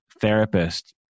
therapist